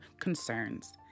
concerns